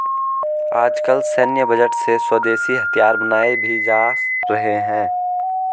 आजकल सैन्य बजट से स्वदेशी हथियार बनाये भी जा रहे हैं